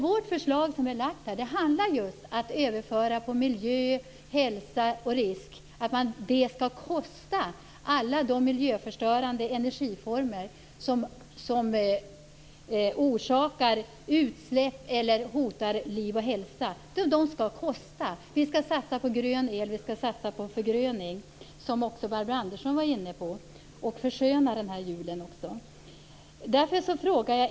Det förslag som vi har lagt fram handlar om att överföra på miljö, hälsa och risk. Alla de miljöförstörande energiformer som orsakar utsläpp eller hotar liv och hälsa skall kosta. Vi skall satsa på grön el, vi skall satsa på förgröning, som också Barbro Andersson var inne på, och försköna den här julen också.